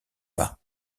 pas